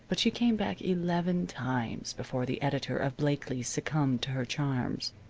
but she came back eleven times before the editor of blakely's succumbed to her charms.